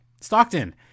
Stockton